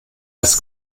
als